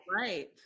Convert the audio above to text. Right